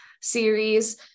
series